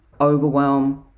overwhelm